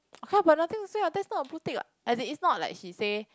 !huh! but nothing to say what that's not a blue tick what as in it's not like she say